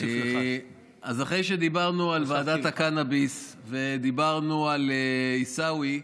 אז אחרי שדיברנו על ועדת הקנביס ודיברנו על עיסאווי,